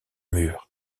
mur